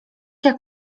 jak